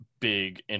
big